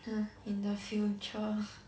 ha in the future